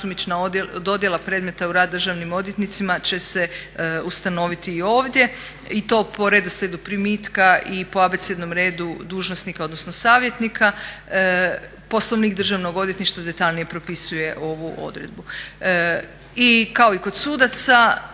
dodjela predmeta u rad državnim odvjetnicima će se ustanoviti i ovdje i to po redoslijedu primitka i po abecednom redu dužnosnika, odnosno savjetnika. Poslovnik Državnog odvjetništva detaljnije propisuje ovu odredbu. I kao i kod sudaca